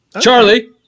Charlie